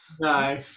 no